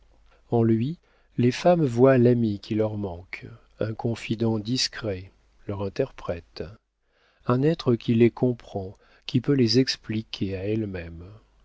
en lui les femmes voient l'ami qui leur manque un confident discret leur interprète un être qui les comprend qui peut les expliquer à